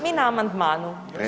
Mi na amandmanu?